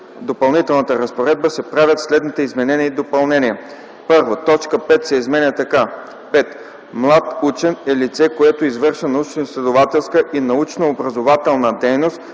„Допълнителната разпоредба” се правят следните изменения и допълнения: 1. Точка 5 се изменя така: „5. „Млад учен” е лице, което извършва научноизследователска и научно - образователна дейност